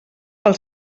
pel